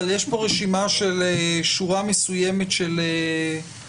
אבל יש פה רשימה של שורה מסוימת של גופים,